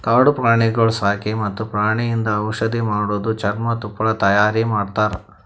ಕಾಡು ಪ್ರಾಣಿಗೊಳ್ ಸಾಕಿ ಮತ್ತ್ ಪ್ರಾಣಿಯಿಂದ್ ಔಷಧ್ ಮಾಡದು, ಚರ್ಮ, ತುಪ್ಪಳ ತೈಯಾರಿ ಮಾಡ್ತಾರ